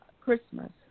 Christmas